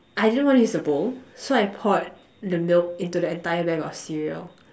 I didn't wanna use the bowl so I poured the milk into the entire bag of cereal